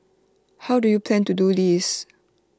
how do you plan to do this